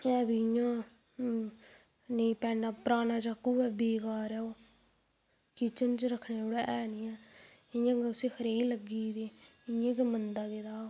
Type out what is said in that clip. है बी इ''यां गै नी पैना पराना चाकू ऐ बेकार ऐ ओह् किचन च रक्खने आह्ला ऐ गै नीं ओह् इयां गै उसी खेई लग्गी गेदी इ'यां गे मंदा पेदा ओह्